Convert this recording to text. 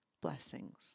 Blessings